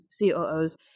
COOs